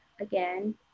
again